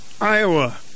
Iowa